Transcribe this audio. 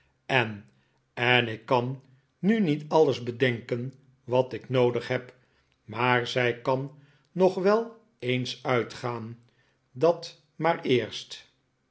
en en ik kan nu niet alles bedenken wat ik noodig heb maar zij kan nog wel eens uitgaan dat maar eerst